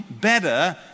better